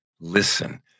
Listen